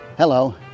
Hello